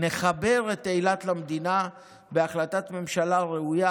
יחבר את אילת למדינה בהחלטת ממשלה ראויה,